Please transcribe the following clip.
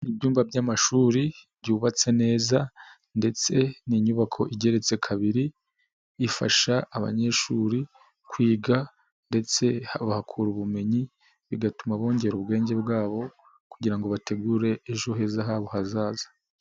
Ibyumba by'amashuri byubatse neza ndetse n'inyubako igeretse kabiri, ifasha abanyeshuri kwiga ndetse bahakura ubumenyi bigatuma bongera ubwenge bwabo kugira ngo bategure ejo heza habo hazaza.